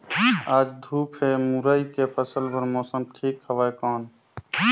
आज धूप हे मुरई के फसल बार मौसम ठीक हवय कौन?